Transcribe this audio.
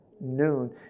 noon